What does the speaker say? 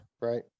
right